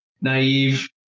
naive